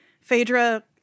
Phaedra